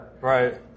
Right